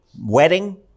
wedding